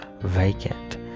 vacant